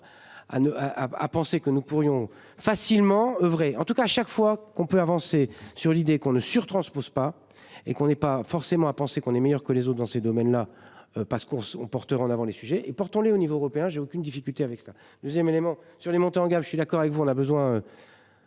à penser que nous pourrions facilement oeuvrer en tout cas chaque fois qu'on peut avancer sur l'idée qu'on ne sur transpose pas et qu'on n'est pas forcément à penser qu'on est meilleur que les autres dans ces domaines-là parce qu'on on porteurs en avant les sujets et pour les au niveau européen. J'ai aucune difficulté avec sa 2ème élément sur les montants. Je suis d'accord avec vous, on a besoin.